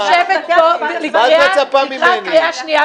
גברתי, מה את מצפה ממני?